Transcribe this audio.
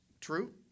True